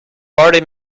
party